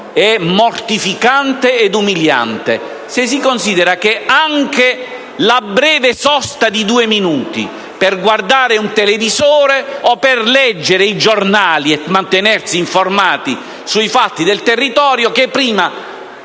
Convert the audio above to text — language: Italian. emortificante ed umiliante, se si considera che anche la breve sosta di due minuti per guardare la televisione, per leggere i giornali e mantenersi informati sui fatti del territorio, che prima